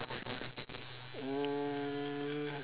mm